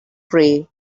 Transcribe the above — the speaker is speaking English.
pray